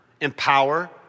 empower